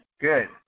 Good